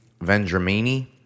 Vendramini